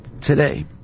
today